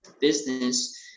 business